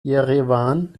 jerewan